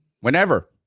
whenever